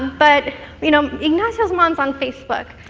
but you know, ignacio's mom is on facebook.